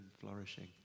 flourishing